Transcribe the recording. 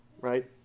right